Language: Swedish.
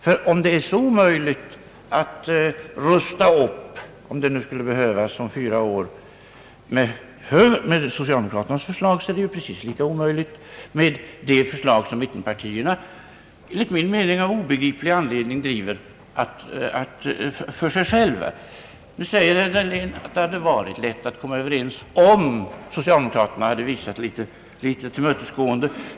Ty om det är så omöjligt att rusta upp försvaret med socialdemokraternas förslag — om detta skulle behövas om fyra år — så är det ju precis lika omöjligt med det förslag som mittenpartierna av för mig obegriplig anledning driver för sig själva. Nu säger herr Dahlén, att det hade varit lätt att komma överens om bara socialdemokraterna hade visat litet tillmötesgående.